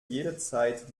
jederzeit